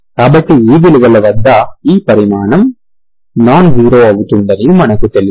కాబట్టి ఈ విలువల వద్ద ఈ పరిమాణం నాన్ జీరో అవుతుందని మనకు తెలుసు